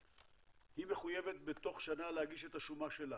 היא מחויבת בתוך שנה להגיש את השומה שלה?